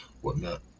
whatnot